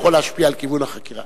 וזה יכול להשפיע על כיוון החקירה.